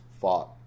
fought